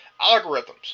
Algorithms